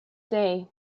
day